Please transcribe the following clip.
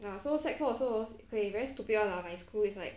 !wah! so sec four 的时后 okay very stupid lah my school is like